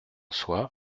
soit